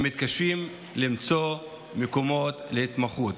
מתקשים למצוא מקומות להתמחות,